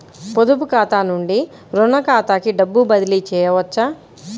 పొదుపు ఖాతా నుండీ, రుణ ఖాతాకి డబ్బు బదిలీ చేయవచ్చా?